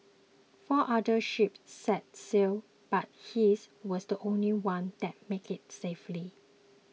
four other ships set sail but his was the only one that made it safely